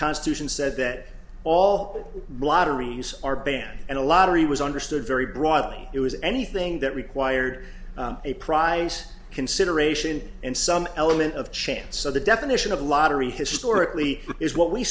constitution says that all lotteries are banned and the lottery was understood very broadly it was anything that required a prize consideration and some element of chance so the definition of a lottery historically is what we